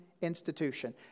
institution